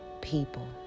people